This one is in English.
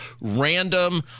random